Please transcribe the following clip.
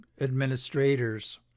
administrators